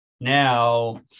Now